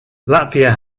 latvia